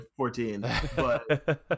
14